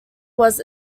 was